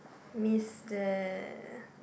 miss the